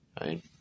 right